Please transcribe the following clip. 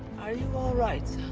are you alright,